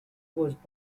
was